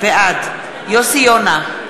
בעד יוסי יונה,